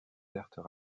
certes